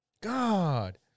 God